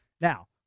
Now